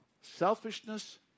selfishness